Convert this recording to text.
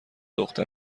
دختر